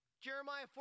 Jeremiah